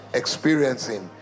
experiencing